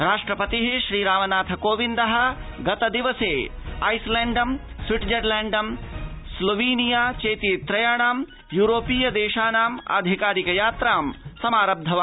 राष्ट्रपति श्रीरामनाथ कोविन्द गतदिवसे Iceland Switzerland Slovenia चेति त्रयाणां यूरोपीय देशानां अधिकारिक यात्रां समारभत